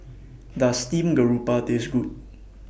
Does Steamed Garoupa Taste Good